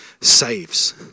saves